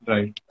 Right